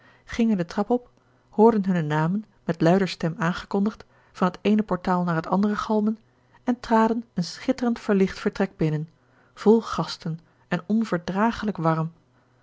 gingen de trap op hoorden hunne namen met luider stem aangekondigd van het eene portaal naar het andere galmen en traden een schitterend verlicht vertrek binnen vol gasten en onverdragelijk warm